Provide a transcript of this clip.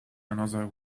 another